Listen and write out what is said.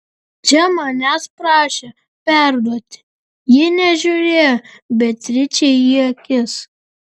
čia manęs prašė perduoti ji nežiūrėjo beatričei į akis